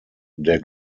der